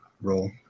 role